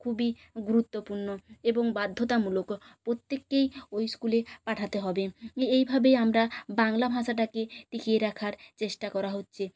খুবই গুরুত্বপূর্ণ এবং বাধ্যতামূলকও প্রত্যেককেই ওই স্কুলে পাঠাতে হবে এইভাবেই আমরা বাংলা ভাষাটাকে টিকিয়ে রাখার চেষ্টা করা হচ্ছে